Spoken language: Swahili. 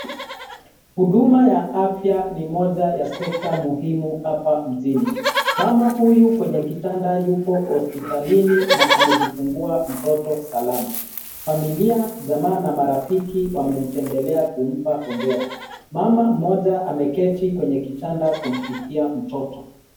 Huduma ya afya ni moja ya sekta muhimu hapa mjini. Mama huyu kwenye kitanda yupo hosptilani na amejifungua mtoto salama. Familia, jamaa na marafiki wamemtembelea kumpa hongera. Mama mmoja ameketi kwenye kitanda kumshikia mtoto.